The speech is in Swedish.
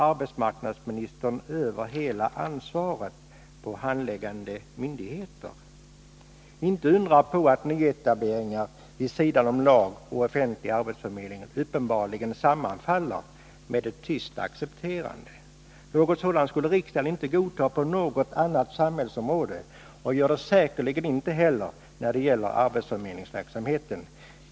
Arbetsmarknadsministern skjutsar här över hela ansvaret på handläggande myndigheter. Det är inte att undra på att nyetableringar vid sidan av lagen om offentlig arbetsförmedling uppenbarligen omfattas med ett tyst accepterande. Något sådant skulle riksdagen inte godta på något annat samhällsområde och gör det säkerligen inte heller när det gäller arbetsförmedlingsverksamheten.